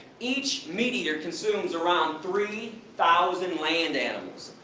each meat eater consumes around three thousand land animals,